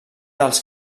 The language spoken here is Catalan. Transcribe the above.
dels